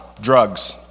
drugs